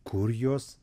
kur jos